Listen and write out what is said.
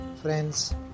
Friends